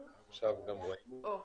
על החיסונים תתייחס גם לשאלות שהעלינו פה על